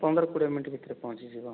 ପନ୍ଦର କୋଡ଼ିଏ ମିନିଟ୍ ଭିତରେ ପହଞ୍ଚି ଯିବ